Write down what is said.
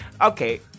okay